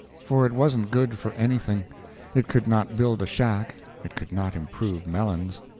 for it wasn't good for anything it could not build a shack, it could not improve melons,